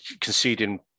conceding